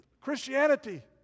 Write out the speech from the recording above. Christianity